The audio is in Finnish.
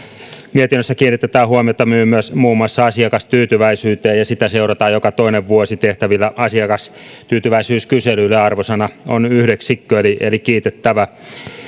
mietinnössä kiinnitetään huomiota myös myös muun muassa asiakastyytyväisyyteen sitä seurataan joka toinen vuosi tehtävillä asiakastyytyväisyyskyselyillä arvosana on yhdeksän eli eli kiitettävä